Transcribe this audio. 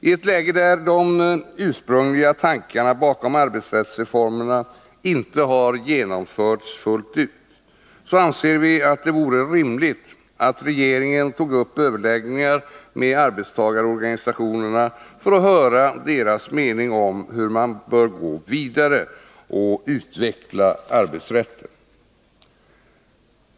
I ett läge där de ursprungliga tankarna bakom arbetsrättsreformerna inte har genomförts fullt ut, anser vi att det vore rimligt att regeringen tog upp överläggningar med arbetstagarorganisationerna för att höra deras mening om hur man bör gå vidare och utveckla arbetsrätten.